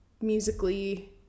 musically